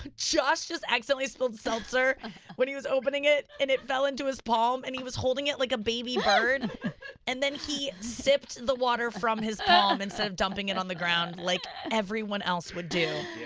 but josh just accidentally spilled seltzer when he was opening it and it fell into his palm, and he was holding it like a baby bird and then he sipped the water from his palm ah um instead of dumping it on the ground like everyone else would do.